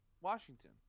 Washington